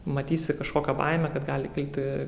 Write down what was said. matysi kažkokią baimę kad gali kilti